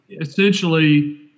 essentially